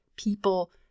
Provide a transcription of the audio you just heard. people